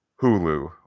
Hulu